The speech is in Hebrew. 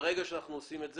ברגע שאנחנו עושים את זה,